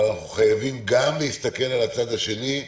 אבל אנחנו חייבים גם להסתכל על הצד השני,